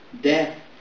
death